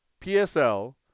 PSL